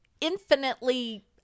infinitely